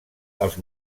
els